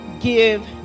give